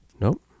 Nope